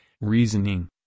reasoning